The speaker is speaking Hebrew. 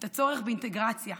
את הצורך באינטגרציה,